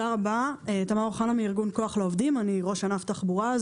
אני ראש ענף תחבורה,